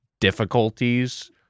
difficulties